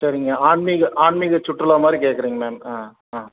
சரிங்க ஆன்மீக ஆன்மீக சுற்றுலா மாதிரி கேட்கறிங்க மேம் ஆ ஆ